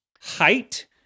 height